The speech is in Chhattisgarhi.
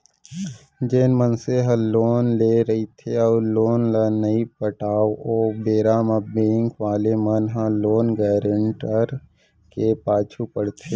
जेन मनसे ह लोन लेय रहिथे अउ लोन ल नइ पटाव ओ बेरा म बेंक वाले मन ह लोन गारेंटर के पाछू पड़थे